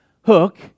hook